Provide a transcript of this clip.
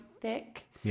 thick